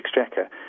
Exchequer